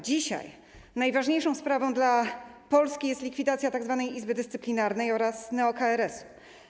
Dzisiaj najważniejszą sprawą dla Polski jest likwidacja tzw. Izby Dyscyplinarnej oraz neo-KRS-u.